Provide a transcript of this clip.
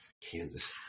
Kansas